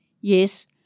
Yes